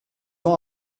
ans